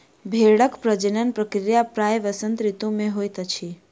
भेड़क प्रजनन प्रक्रिया प्रायः वसंत ऋतू मे होइत अछि